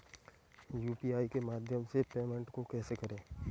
UPI के माध्यम से पेमेंट को कैसे करें?